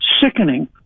sickening